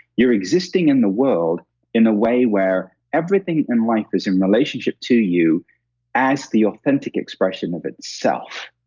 you're existing in the world in a way where everything in life is in relationship to you as the authentic expression of itself.